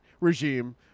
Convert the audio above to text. regime